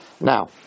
Now